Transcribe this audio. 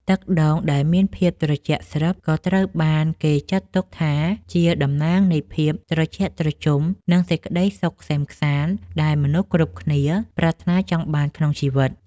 ទឹកដូងដែលមានភាពត្រជាក់ស្រិប ក៏ត្រូវបានគេចាត់ទុកថាជាតំណាងនៃភាពត្រជាក់ត្រជុំ និងសេចក្តីសុខក្សេមក្សាន្តដែលមនុស្សគ្រប់គ្នាប្រាថ្នាចង់បានក្នុងគ្រួសារ។